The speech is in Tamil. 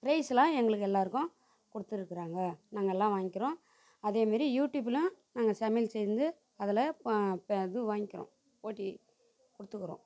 ப்ரைஸ்லாம் எங்களுக்கு எல்லோருக்கும் கொடுத்துருக்குறாங்க நாங்கெல்லாம் வாங்கிக்குறோம் அதேமாரி யூடியூபிலும் நாங்கள் சமையல் செஞ்சு அதில் ப இது வாங்கிக்குறோம் போட்டி கொடுத்துக்குறோம்